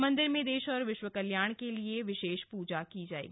मंदिर में देश और विश्व कल्याण के लिए विशेष पूजा की जाएगी